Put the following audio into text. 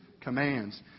commands